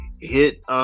hit